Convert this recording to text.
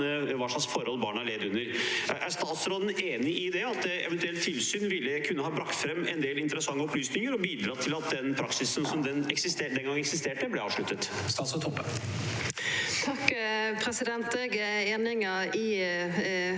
hva slags forhold barna levde under. Er statsråden enig i at et eventuelt tilsyn ville kunne brakt fram en del interessante opplysninger og bidratt til at den praksisen som den gang eksisterte, ble avsluttet? Statsråd Kjersti Toppe Eg er einig i